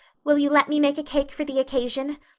will you let me make a cake for the occasion?